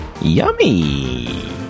yummy